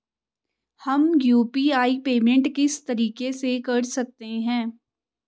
हम UPI payment किस तरीके से कर सकते हैं?